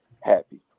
happy